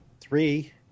three